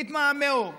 התמהמהו.